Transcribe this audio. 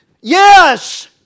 Yes